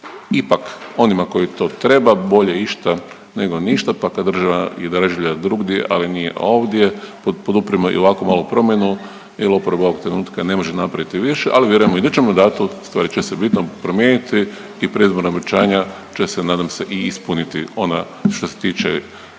ipak onima koji to treba, bolje išta nego ništa pa kad država je darežljiva drugdje, ali nije ovdje, poduprimo i ovakvu malu promjenu jer oporba ovog trenutka ne može napraviti više, ali vjerujemo, u idućem mandatu, stvari će se bitno promijeniti i predizborna obećanja će se, nadam se i ispuniti ona što se tiče